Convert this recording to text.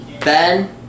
Ben